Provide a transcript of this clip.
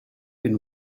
been